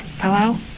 Hello